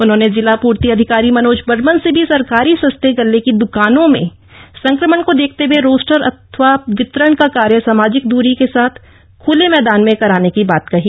उन्होने जिला पूर्ति अधिकारी मनोज बर्मन से भी सरकारी सस्ते गले की द्वानों में संक्रमण को देखते हुए रोस्टर अथवा वितरण का कार्य सामाजिक दूरी के साथ खुले मैदान में कराने की बात कही